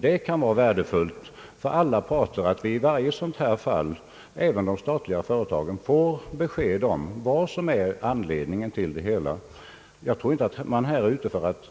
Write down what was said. Det kan vara värdefullt för alla parter att i varje sådant här fall, även när det gäller statliga företag, få ett besked om vad som är anledningen till det hela. Jag tror inte att det här gäller att